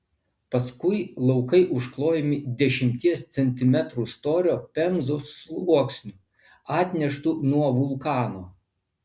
paskui laukai užklojami dešimties centimetrų storio pemzos sluoksniu atneštu nuo vulkano